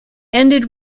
ended